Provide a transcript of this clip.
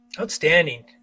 Outstanding